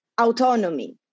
autonomy